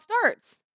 starts